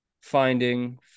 finding